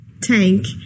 tank